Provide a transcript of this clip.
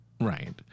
Right